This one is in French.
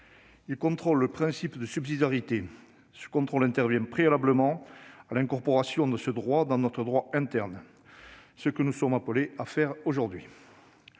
l'application du principe de subsidiarité. Ce contrôle intervient préalablement à l'incorporation de ce droit dans notre droit interne, ce que nous sommes appelés à faire aujourd'hui.